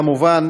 כמובן,